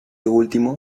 último